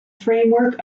framework